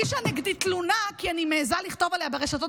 הגישה נגדי תלונה כי אני מעיזה לכתוב עליה ברשתות